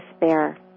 despair